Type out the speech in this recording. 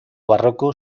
barroco